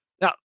Now